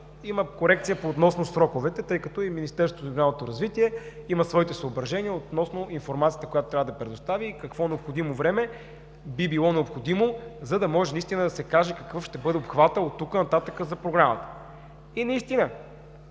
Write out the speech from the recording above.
има корекция относно сроковете, тъй като и Министерство на регионалното развитие, благоустройството и има своите съображения относно информацията, която трябва да предостави и какво време би било необходимо, за да може наистина да се каже какъв ще бъде обхватът от тук нататък за Програмата. И наистина